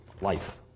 life